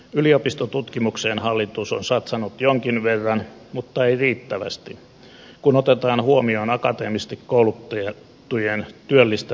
yliopistotutkimukseen hallitus on satsannut jonkin verran mutta ei riittävästi kun otetaan huomioon akateemisesti koulutettujen työllistämistarve